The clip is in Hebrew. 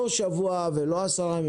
לא שבוע ולא עשרה ימים.